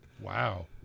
Wow